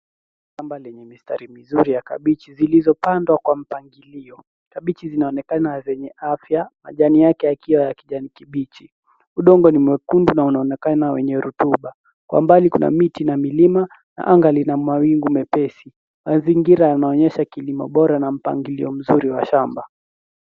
Shamba lenye mistari mizuri ya kabichi zilizopandwa kwa mpangilio. Kabichi zinaonekana zenye afya majani yake yakiwa ya kijani kibichi. Udongo ni mwekundu na unaonekana wenye rutuba. Kwa mbali kuna miti na milima na anga lina mawingu mepesi. Mazingira yanaonyesha kilimo bora na mpangilio mzuri wa shamba.